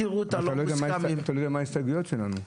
אבל אתה לא יודע מה ההסתייגויות שלנו.